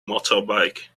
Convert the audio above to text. motorbike